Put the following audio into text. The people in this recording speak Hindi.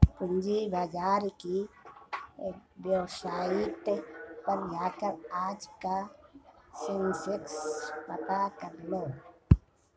पूंजी बाजार की वेबसाईट पर जाकर आज का सेंसेक्स पता करलो